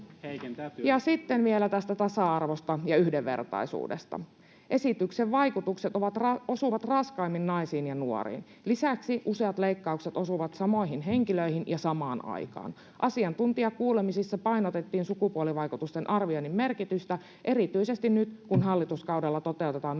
sitten vielä tasa-arvosta ja yhdenvertaisuudesta: Esityksen vaikutukset osuvat raskaimmin naisiin ja nuoriin. Lisäksi useat leikkaukset osuvat samoihin henkilöihin ja samaan aikaan. Asiantuntijakuulemisissa painotettiin sukupuolivaikutusten arvioinnin merkitystä erityisesti nyt, kun hallituskaudella toteutetaan